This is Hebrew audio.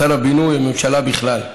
שר הבינוי והממשלה בכלל,